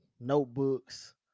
notebooks